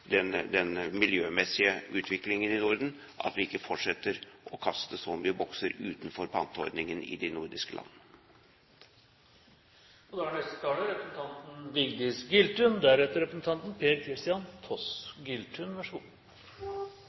den miljømessige utviklingen i Norden at vi ikke fortsetter å kaste så mange bokser utenfor panteordningen i de nordiske land.